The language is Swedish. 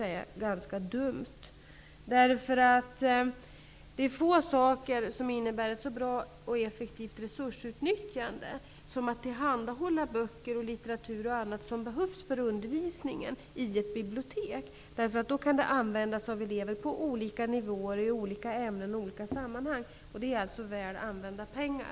Det är få saker som innebär ett så bra och effektivt resursutnyttjande som att i ett bibliotek tillhandahålla böcker, litteratur och annat som behövs för undervisningen. Då kan det användas av elever på olika nivåer i olika ämnen och i olika sammanhang. Det är väl använda pengar.